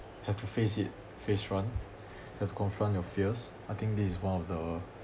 have to face it face run have to confront your fears I think this is one of the